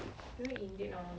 mm mm